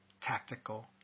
tactical